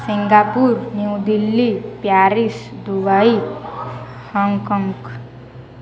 Singapore New Delhi Paris Dubai Hong Kong